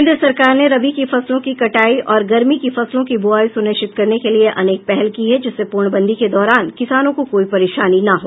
केंद्र सरकार ने रबी की फसलों की कटाई और गर्मी की फसलों की बुवाई सुनिश्चित करने के लिए अनेक पहल की है जिससे पूर्णबंदी के दौरान किसानों को कोई परेशानी न हो